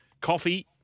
coffee